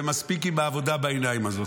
ומספיק עם העבודה הזאת בעיניים.